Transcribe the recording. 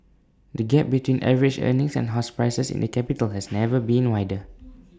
the gap between average earnings and house prices in the capital has never been wider